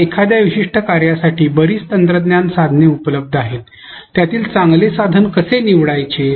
आता एखाद्या विशिष्ट कार्यासाठी बरीच तंत्रज्ञान साधने उपलब्ध आहेत त्यातील चांगले साधन कसे निवडायचे